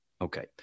Okay